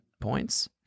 points